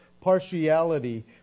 partiality